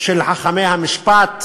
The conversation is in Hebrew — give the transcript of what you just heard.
של חכמי המשפט